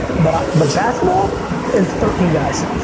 but but basketball is thirteen guys.